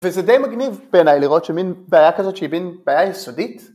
וזה די מגניב בעיניי לראות שמין בעיה כזאת שהיא מין בעיה יסודית